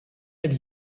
that